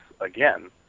again